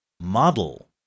Model